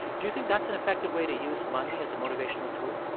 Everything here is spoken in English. do you think that's an effective way to use money as a motivational tool?